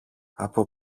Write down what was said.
από